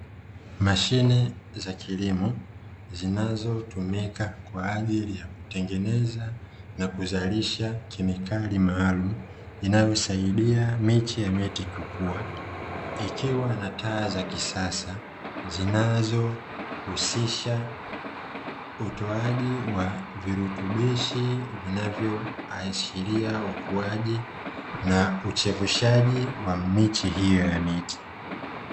Mashine za kilimo zinazotumika kwa ajili ya kutengeneza na kuzalisha kemikali maalumu, inayosaidia miche ya miti kukua, ikiwa na taa za kisasa zinazohusisha utoaji wa virutubishi, vinavyoashiria ukuaji na uchevushaji wa miche hiyo ya miti.